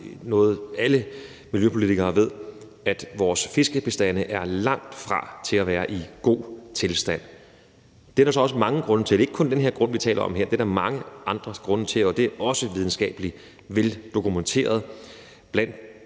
alle miljøpolitikere ved, er jo, at vores fiskebestande er langtfra at være i god tilstand. Det er der så også mange grunde til. Det er ikke kun den her grund, vi taler om her; det er der mange andre grunde til, og det er også videnskabeligt veldokumenteret. Blandt